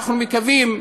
אנחנו מקווים,